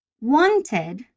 wanted